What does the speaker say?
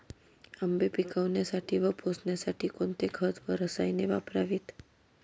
आंबे पिकवण्यासाठी व पोसण्यासाठी कोणते खत व रसायने वापरावीत?